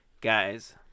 guys